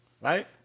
right